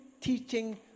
teaching